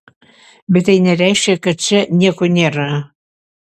bet tai nereiškia kad čia nieko nėra